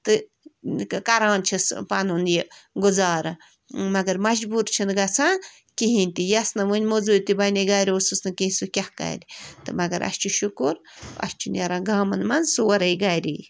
تہٕ کران چھِس پَنُن یہِ گُزارٕ مگر مَجبوٗر چھِنہٕ گژھان کِہیٖنۍ تہِ یَس نہٕ وٕنۍ مٔزوٗرۍ تہِ بَنے گَرِ اوسُس نہٕ کِہیٖنۍ سُہ کیٛاہ کَرِ تہٕ مگر اَسہِ چھِ شُکر اَسہِ چھُ نیران گامَن منٛز سورٕے گَری